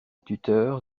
tuteur